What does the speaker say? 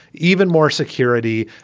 even more security.